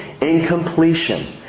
incompletion